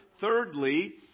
Thirdly